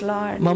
Lord